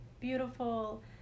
beautiful